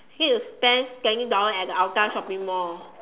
need to spend twenty dollar at the Hougang shopping mall